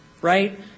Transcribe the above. Right